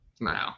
No